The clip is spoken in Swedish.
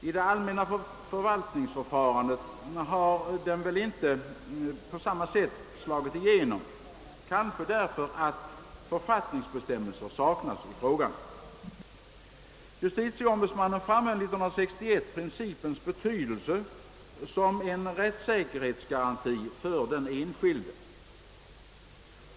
I det allmänna förvaltningsförfarandet har den inte på samma sätt slagit igenom, kanske därför att författningsbestämmelser saknas i frågan. Justitieombudsmannen framhöll år 1961 principens betydelse som en rättssäkerhetsgaranti för den enskilde.